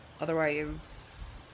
Otherwise